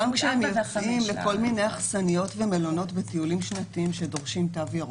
בסעיף (4) זה כל מיני אכסניות ומלונות בטיולים שנתיים שדורשים תו ירוק,